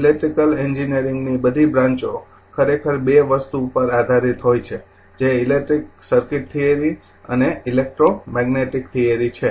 electrical એન્જિનિયરિંગની બધી બ્રાંચો ખરેખર બે વસ્તુ પર આધારિત હોય છે જે ઇલેક્ટ્રિક સર્કિટ થિયરી અને ઇલેક્ટ્રોમેગ્નેટિક થિયરી છે